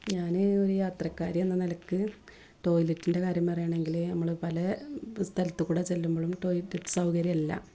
ഞാൻ ഒരു യാത്രക്കാരി എന്ന നിലക്ക് ടോയ്ലെറ്റിൻ്റെ കാര്യം പറയുകയാണെങ്കിൽ നമ്മൾ പല സ്ഥലത്ത് കൂടി ചെല്ലുമ്പോഴും ടോയ്ലറ്റ് സൗകര്യമല്ല